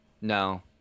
No